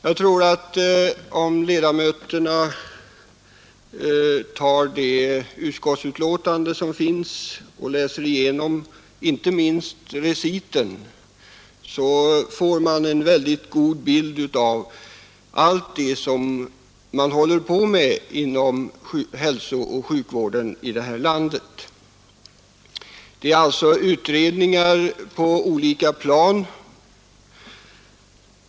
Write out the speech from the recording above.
Kammarens ledamöter kan få en god bild av allt det som håller på att hända inom hälsooch sjukvården i vårt land genom att läsa utskottsbetänkandet, inte minst vad som anförs i reciten. Det pågår utredningar på olika plan.